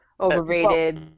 overrated